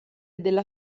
della